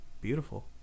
Beautiful